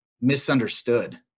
misunderstood